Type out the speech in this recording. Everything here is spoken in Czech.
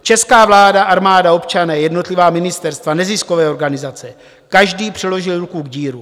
Česká vláda, armáda, občané, jednotlivá ministerstva, neziskové organizace každý přiložil ruku k dílu.